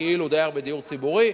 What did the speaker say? כאילו הוא דייר בדיור ציבורי.